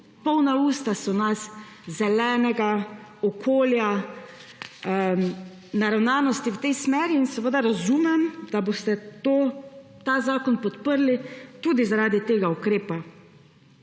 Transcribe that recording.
polna usta nas zelenega okolja, naravnanosti v tej smeri in seveda razumem, da boste ta zakon podprli tudi zaradi tega ukrepa.